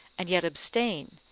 and yet abstain,